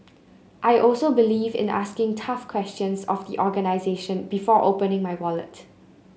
I also believe in asking tough questions of the organisation before opening my wallet